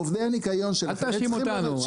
עובדי הניקיון שלכם --- אל תאשים אותנו,